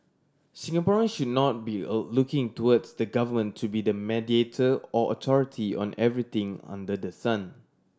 Singaporean should not be O looking towards the government to be the mediator or authority on everything under the sun